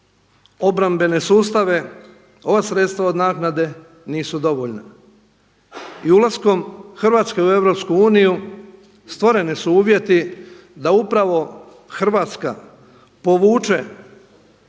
obrambene sustave ova sredstva od naknade nisu dovoljna. I ulaskom Hrvatske u EU stvoreni su uvjeti da upravo Hrvatska povuče